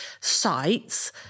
sites